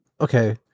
Okay